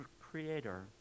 creator